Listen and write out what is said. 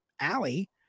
Allie